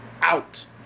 out